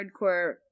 hardcore